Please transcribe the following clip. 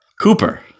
Cooper